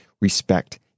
respect